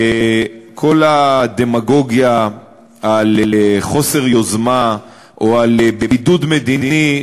כל הדמגוגיה על חוסר יוזמה או על בידוד מדיני,